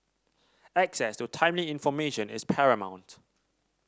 access to timely information is paramount